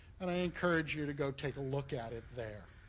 and i encourage you to go take a look at it there.